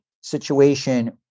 situation